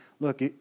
Look